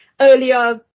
earlier